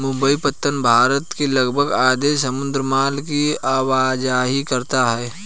मुंबई पत्तन भारत के लगभग आधे समुद्री माल की आवाजाही करता है